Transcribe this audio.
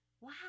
Wow